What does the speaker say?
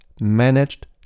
managed